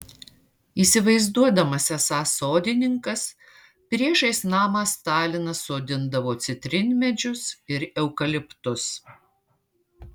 įsivaizduodamas esąs sodininkas priešais namą stalinas sodindavo citrinmedžius ir eukaliptus